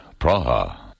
Praha